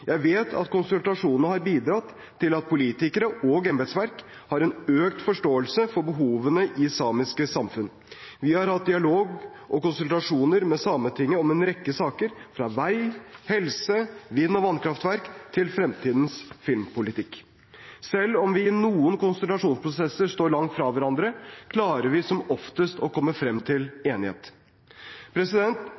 Jeg vet at konsultasjonene har bidratt til at politikere og embetsverk har en økt forståelse for behovene i samiske samfunn. Vi har hatt dialog og konsultasjoner med Sametinget om en rekke saker – fra vei, helse, vind- og vannkraftverk til fremtidens filmpolitikk. Selv om vi i noen konsultasjonsprosesser står langt fra hverandre, klarer vi som oftest å komme frem til